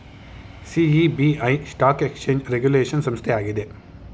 SEBI stock exchange regulation ಸಂಸ್ಥೆ ಆಗಿದೆ